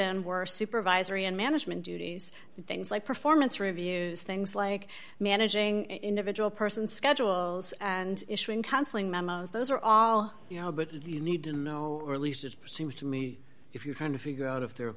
in were supervisory and management duties things like performance reviews things like managing individual person schedules and issuing counseling memos those are all the you need to know or at least it seems to me if you're trying to figure out if there